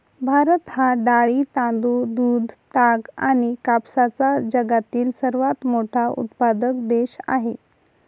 भारत हा डाळी, तांदूळ, दूध, ताग आणि कापसाचा जगातील सर्वात मोठा उत्पादक देश आहे